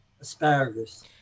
asparagus